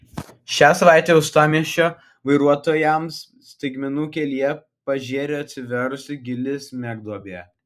šią savaitę uostamiesčio vairuotojams staigmenų kelyje pažėrė atsivėrusi gili smegduobė